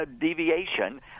deviation